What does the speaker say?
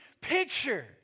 picture